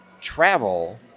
travel